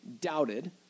doubted